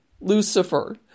Lucifer